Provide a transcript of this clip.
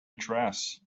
dress